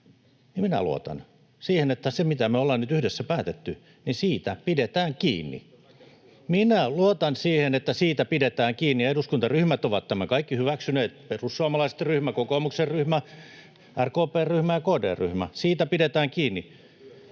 minä luotan siihen, että siitä, mitä me ollaan nyt yhdessä päätetty, pidetään kiinni. [Timo Harakan välihuuto] Minä luotan siihen, että siitä pidetään kiinni, ja kaikki eduskuntaryhmät ovat tämän hyväksyneet: perussuomalaisten ryhmä, kokoomuksen ryhmä, RKP:n ryhmä ja KD:n ryhmä. Siitä pidetään kiinni.